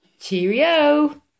Cheerio